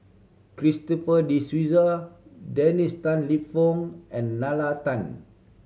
Christopher De Souza Dennis Tan Lip Fong and Nalla Tan